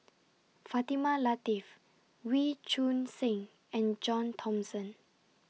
Fatimah Lateef Wee Choon Seng and John Thomson